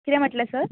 कितें म्हटलें सर